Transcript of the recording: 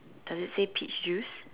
does it say peach juice